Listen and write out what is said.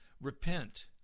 repent